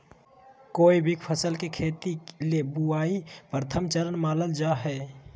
कोय भी फसल के खेती ले बुआई प्रथम चरण मानल जा हय